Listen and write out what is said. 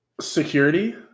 Security